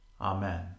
Amen